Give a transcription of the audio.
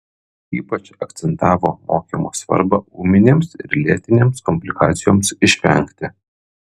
ypač akcentavo mokymo svarbą ūminėms ir lėtinėms komplikacijoms išvengti